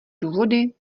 důvody